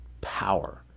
power